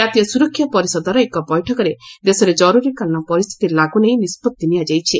କାତୀୟ ସୁରକ୍ଷା ପରିଷଦର ଏକ ବୈଠକରେ ଦେଶରେ ଜରୁରୀକାଳୀନ ପରିସ୍ଥିତି ଲାଗୁ ନେଇ ନିଷ୍ପତ୍ତି ନିଆଯାଇଛି